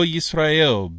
Yisrael